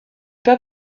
pas